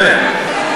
באמת.